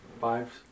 Fives